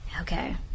Okay